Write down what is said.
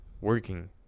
Working